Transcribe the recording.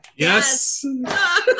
Yes